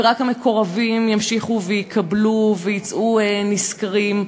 ורק המקורבים ימשיכו ויקבלו ויצאו נשכרים,